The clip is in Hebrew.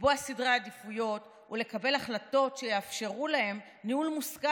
לקבוע סדרי עדיפויות ולקבל החלטות שיאפשרו להם ניהול מושכל